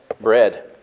bread